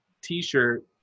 t-shirt